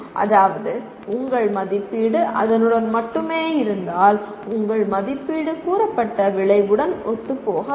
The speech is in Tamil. அதாவது உங்கள் மதிப்பீடு அதனுடன் மட்டுமே இருந்தால் உங்கள் மதிப்பீடு கூறப்பட்ட விளைவுடன் ஒத்துப்போகவில்லை